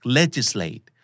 legislate